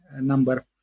Number